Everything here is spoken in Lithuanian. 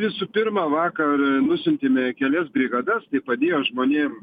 visų pirma vakar nusiuntėme kelias brigadas tai padėjo žmonėm